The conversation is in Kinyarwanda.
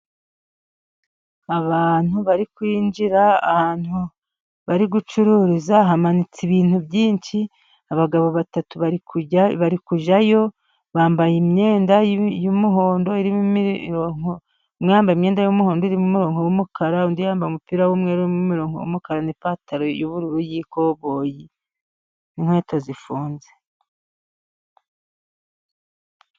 Abantu bari kwinjira ahantu bari gucururiza hamanitse ibintu byinshi. Abagabo batatu bari kujyayo bambaye imyenda y'umuhondo. Umwe yambaye imyenda y'umuhondo irimo imirongo y'umukara, undi yambaye umupira w'umweru, umukara n'ipantaro y'ubururu y'ikoboyi n'inkweto zifunze.